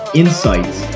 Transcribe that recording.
insights